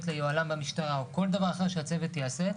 ליוהל"ן במשטרה או כל דבר אחר שהצוות יעשה,